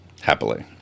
Happily